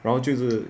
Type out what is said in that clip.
然后就是